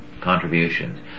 contributions